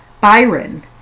Byron